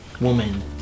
woman